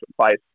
place